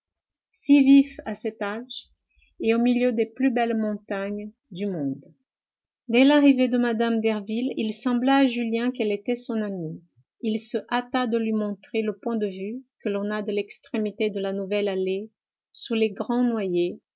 vif à cet âge et au milieu des plus belles montagnes du monde dès l'arrivée de mme derville il sembla à julien qu'elle était son amie il se hâta de lui montrer le point de vue que l'on a de l'extrémité de la nouvelle allée sous les grands noyers